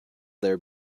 there